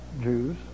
Jews